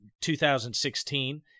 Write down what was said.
2016